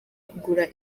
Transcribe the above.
kugura